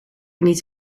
niet